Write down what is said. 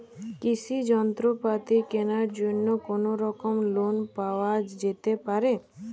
কৃষিযন্ত্রপাতি কেনার জন্য কোনোরকম লোন পাওয়া যেতে পারে?